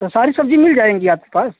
तो सारी सब्ज़ी मिल जाएंगी आपके पास